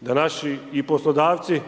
da naši i poslodavci